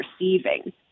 receiving